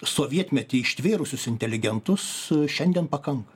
sovietmetį ištvėrusius inteligentus šiandien pakanka